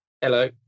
Hello